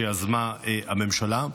שיזמה הממשלה,